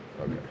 Okay